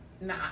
nah